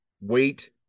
weight